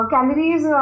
Calories